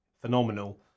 Phenomenal